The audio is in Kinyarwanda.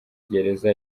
gereza